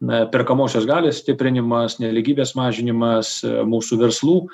na perkamosios galios stiprinimas nelygybės mažinimas mūsų verslų